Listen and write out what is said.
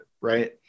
Right